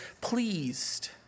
pleased